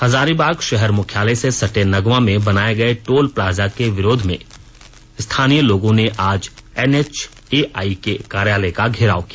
हजारीबाग शहर मुख्यालय से सटे नगवां में बनाए गए टोल प्लाजा के विरोध में स्थानीय लोगों ने आज एनएचएआई के कार्यालय का घेराव किया